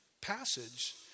passage